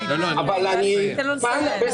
--- תתייחסו.